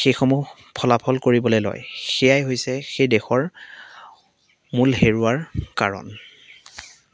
সেইসমূহ ফলাফল কৰিবলৈ লয় সেয়াই হৈছে সেই দেশৰ মূল হেৰুৱাৰ কাৰণ